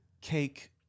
cake